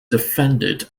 defended